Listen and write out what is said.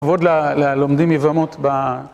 ועוד ללומדים יבמות ב...